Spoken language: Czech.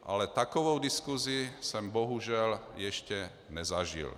Ale takovou diskusi jsem bohužel ještě nezažil.